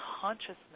consciousness